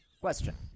Question